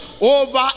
over